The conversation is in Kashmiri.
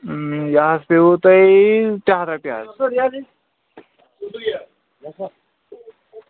یہِ حظ پیٚیو تۄہہِ ترٛےٚ رۄپیہِ حظ